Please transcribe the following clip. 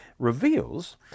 reveals